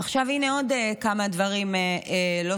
אז הינה עוד כמה דברים שלא